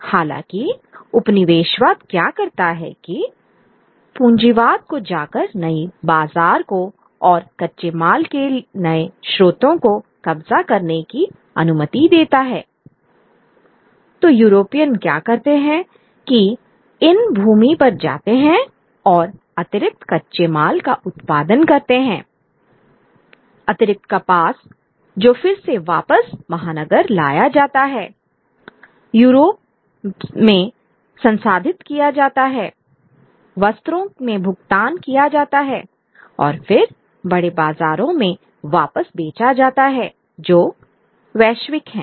हालाँकि उपनिवेशवाद क्या करता है कि पूंजीवाद को जाकर नई बाजार को और कच्चे माल के नए स्रोतों को कब्जा करने की अनुमति देता है I तो यूरोपियन क्या करते हैं कि इन भूमि पर जाते हैं और अतिरिक्त कच्चे माल का उत्पादन करते हैं अतिरिक्त कपास जो फिर से वापस महानगर लाया जाता है यूरोप में संसाधित किया जाता है वस्त्रों में भुगतान किया जाता है और फिर बड़े बाजारों में वापस बेचा जाता है जो वैश्विक हैं